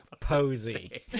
posy